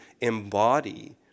embody